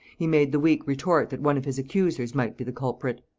he made the weak retort that one of his accusers might be the culprit.